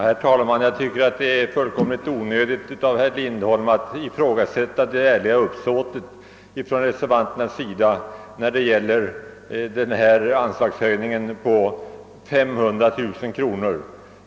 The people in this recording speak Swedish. Herr talman! Jag tycker att det är fullkomligt onödigt av herr Lindholm att ifrågasätta det ärliga uppsåtet ifrån reservanternas sida när det gäller denna anslagshöjning på 500 000 kronor.